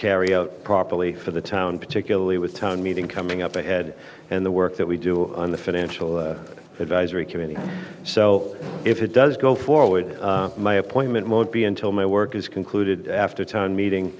carry out properly for the town particularly with town meeting coming up ahead and the work that we do on the financial advisory committee so if it does go forward my appointment won't be until my work is concluded after town meeting